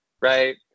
Right